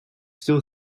still